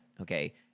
okay